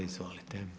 Izvolite.